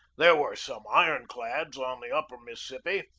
there were some iron-clads on the upper mississippi,